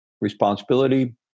responsibility